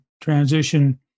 transition